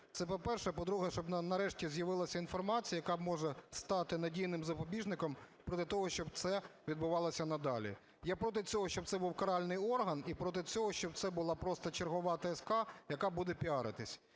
Це по-перше. А, по-друге, щоб нарешті з'явилася інформація, яка може стати надійним запобіжником проти того, щоб це відбувалося надалі. Я проти цього, щоб це був каральний орган, і проти цього, щоб це була просто чергова ТСК, яка буде піаритись.